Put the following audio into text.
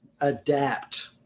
adapt